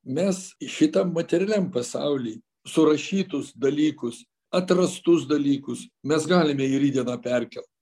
mes šitam materialiam pasauly surašytus dalykus atrastus dalykus mes galime į rytdieną perkelt